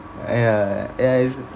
uh ya ya it's